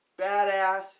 badass